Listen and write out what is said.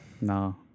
No